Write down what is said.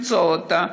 למצוא אותה.